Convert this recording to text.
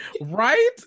right